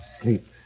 sleep